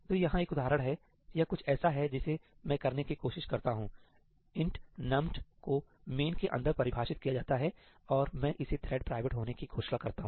तो यहाँ एक उदाहरण है यह कुछ ऐसा है जिसे मैं करने की कोशिश करता हूं int numt को मेन के अंदर परिभाषित किया जाता है और मैं इसे थ्रेड प्राइवेट होने की घोषणा करता हूं